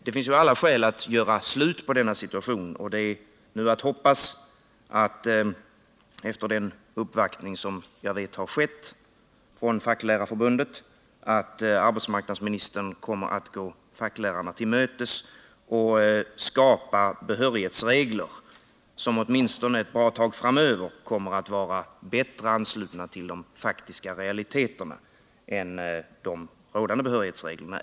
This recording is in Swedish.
Det finns alla skäl att göra slut på den situationen, och det är att hoppas att arbetsmarknadsministern, efter den uppvaktning som jag vet har skett från Facklärarförbundet, kommer att gå facklärarna till mötes och skapa behörighetsregler som åtminstone ett bra tag framöver bättre anpassas till de faktiska realiteterna än de rådande behörighetsreglerna.